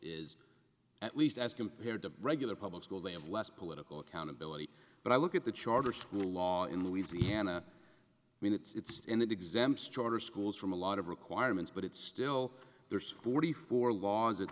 is at least as compared to regular public schools they have less political accountability but i look at the charter school law in louisiana i mean it's in the exam stronger schools from a lot of requirements but it's still there's forty four laws that